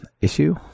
issue